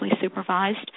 supervised